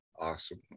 Awesome